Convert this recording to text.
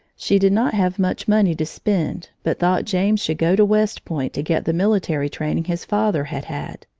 she did not have much money to spend but thought james should go to west point to get the military training his father had had.